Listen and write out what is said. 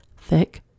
thick